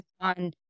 on